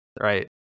Right